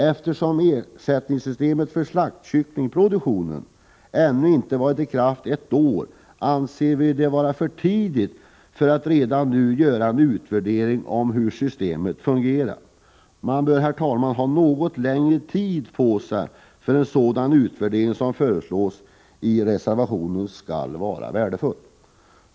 Eftersom ersättningssystemet för slaktkycklingsproduktionen ännu inte varit i kraft ett år anser vi det vara för tidigt att redan nu göra en utvärdering av hur systemet har fungerat. Man bör, herr talman, ha något längre tid på sig för att en sådan utvärdering som föreslås i reservationen skall kunna bli värdefull.